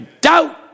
Doubt